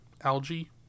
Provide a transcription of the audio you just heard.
algae